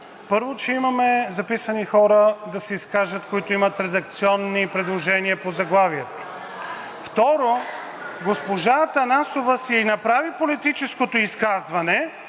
Първо, че имаме записани хора да се изкажат, които имат редакционни предложения по заглавието. Второ, госпожа Атанасова си направи политическото изказване